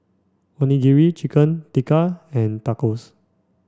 Onigiri Chicken Tikka and Tacos